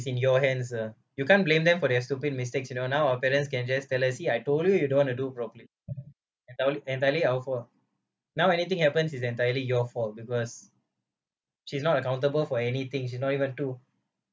in your hands ah you can't blame them for their stupid mistakes you know now our parents can just tells us you see I told you you don't want to do properly entirely entirely our fault now anything happens is entirely your fault because she's not accountable for any things she's not even two